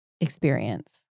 experience